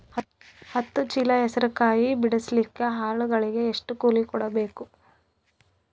ಹತ್ತು ಚೀಲ ಹೆಸರು ಕಾಯಿ ಬಿಡಸಲಿಕ ಆಳಗಳಿಗೆ ಎಷ್ಟು ಕೂಲಿ ಕೊಡಬೇಕು?